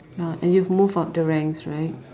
ya and you've move up the ranks right